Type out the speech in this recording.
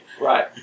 Right